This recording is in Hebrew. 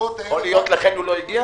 יכול להיות שלכן הוא לא הגיע.